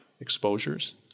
exposures